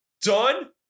Done